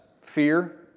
fear